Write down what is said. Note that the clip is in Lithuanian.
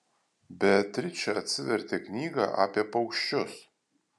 beatričė atsivertė knygą apie paukščius